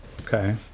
Okay